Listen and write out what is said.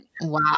Wow